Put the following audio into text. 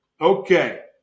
Okay